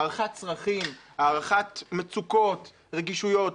הערכת צרכים, הערכת מצוקות, רגישויות.